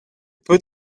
put